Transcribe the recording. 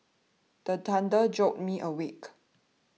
the thunder jolt me awake